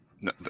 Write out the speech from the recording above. No